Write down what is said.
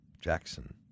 Jackson